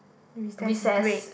recess break